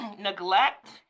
neglect